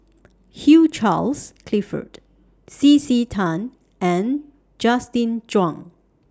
Hugh Charles Clifford C C Tan and Justin Zhuang